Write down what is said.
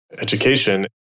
education